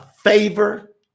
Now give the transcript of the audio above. favor